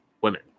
women